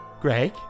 Greg